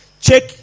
Check